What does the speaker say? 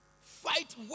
Fight